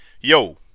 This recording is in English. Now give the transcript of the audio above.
yo